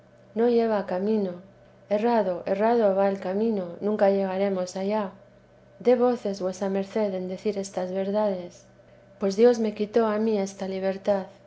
no lleva camino errado errado va el camino nunca llegaremos allá dé voces vuesa merced en decir estas verdades pues dios me quitó a mí esta libertad